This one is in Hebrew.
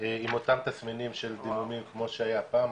עם אותם תסמינים של דימומים כמו שהיה פעם,